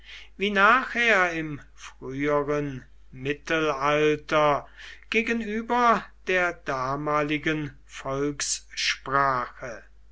wie nachher im früheren mittelalter gegenüber der damaligen